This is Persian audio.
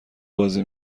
بازی